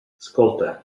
escolta